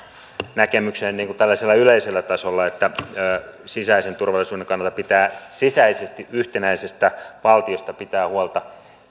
näkemykseen tällaisella yleisellä tasolla että sisäisen turvallisuuden kannalta pitää sisäisesti yhtenäisestä valtiosta pitää huolta